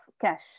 cash